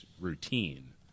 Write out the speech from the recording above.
routine